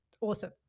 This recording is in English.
Awesome